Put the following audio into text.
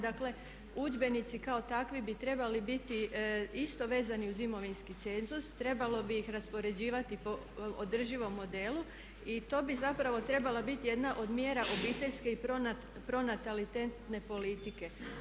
Dakle, udžbenici kao takvi bi trebali biti isto vezani uz imovinski cenzus, trebalo bi ih raspoređivati po održivom modelu i to bi zapravo trebala biti jedna od mjera obiteljske i pronatalitetne politike.